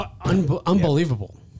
Unbelievable